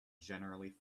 generally